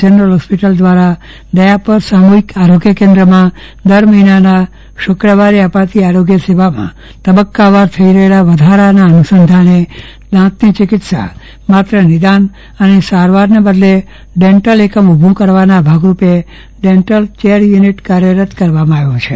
general hospital દ્વારા દયાપર સામુહિક આરોગ્ય કેન્દ્રમાં દર મહિનાના શુક્રવારે અપાતી આરોગ્ય સેવામાં તબક્કાવાર થઇ ર હેલા વધારા અનુસંધાને દાંતની ચિકિત્સા માત્ર નિદાન અને સારવારને બદલે ડેન્ટલ એકમ ઉભું કરવાના ભાગ રૂપે ડેન્ટલ ચેર થુનિટ કાર્યરત કરવામાં આવ્યું છે